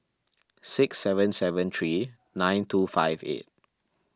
six seven seven three nine two five eight